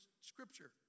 scripture